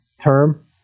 term